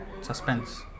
Suspense